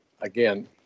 again